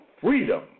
freedom